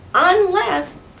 unless,